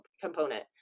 component